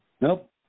Nope